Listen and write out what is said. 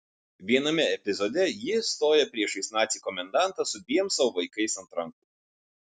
viename epizode ji stoja priešais nacį komendantą su dviem savo vaikais ant rankų